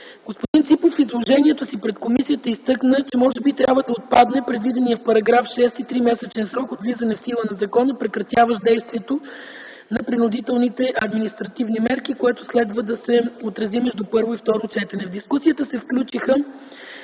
Господин Ципов в изложението си пред комисията изтъкна, че може би трябва да отпадне предвиденият в § 6 тримесечен срок от влизане в сила на закона, прекратяващ действието на принудителните административни мерки, което следва да се отрази между първо и второ четене.